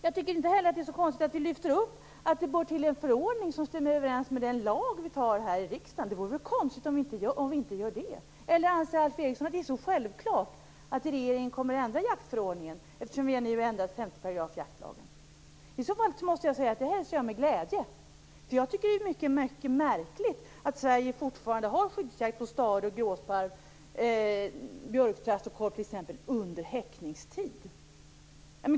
Jag tycker inte heller att det är så konstigt att vi lyfter upp detta och säger att det bör till en förordning som stämmer överens med den lag vi antar här i riksdagen. Det vore väl konstigt om vi inte gjorde det. Eller anser Alf Eriksson att det är så självklart att regeringen kommer att ändra i jaktförordningen, eftersom vi nu har ändrat 5 § jaktlagen? I så fall måste jag säga att jag hälsar det med glädje. Jag tycker att det är mycket märkligt att Sverige fortfarande har skyddsjakt på stare, gråsparv, björktrast och korp under häckningstid.